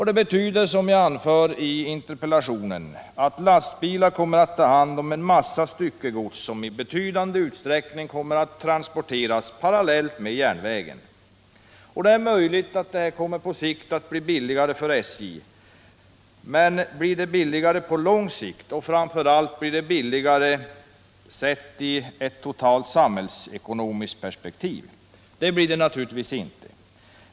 Det betyder, som jag anför i interpellationen, att lastbilar tar hand om en massa styckegods, som i betydande utsträckning kommer att transporteras parallellt med järnvägen. Det är möjligt att detta på kort sikt kommer att bli billigare för SJ. Men blir det billigare på lång sikt och, framför allt, blir det billigare sett i ett totalt samhällsekonomiskt perspektiv? Det blir det naturligtvis inte.